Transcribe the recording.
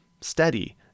steady